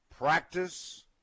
Practice